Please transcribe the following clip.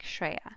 Shreya